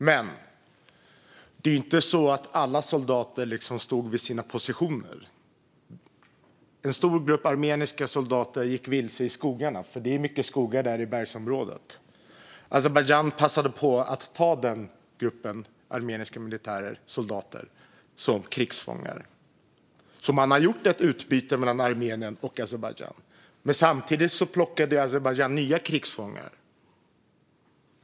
Men det var ju inte så att alla soldater liksom stod vid sina positioner. Det är mycket skogar där i bergsområdet. En stor grupp armeniska soldater gick vilse, och Azerbajdzjan passade på att ta dem som krigsfångar. Man har gjort ett utbyte mellan Armenien och Azerbajdzjan, men samtidigt plockade Azerbajdzjan alltså nya krigsfångar.